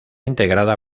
integrada